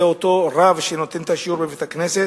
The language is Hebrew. אותו רב שנותן את השיעור בבית-הכנסת,